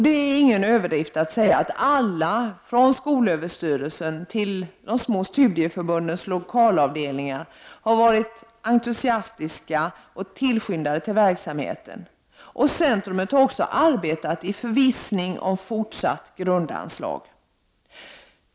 Det är ingen överdrift att säga att alla, från skolöverstyrelsen till de små studieförbundens lokalavdelningar, har varit entusiastiska tillskyndare till verksamheten. Centrumet har arbetat i förvissning om fortsatt grundanslag.